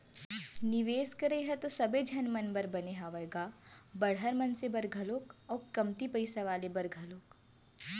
निवेस करई ह तो सबे झन मन बर बने हावय गा बड़हर मनसे बर घलोक अउ कमती पइसा वाले बर घलोक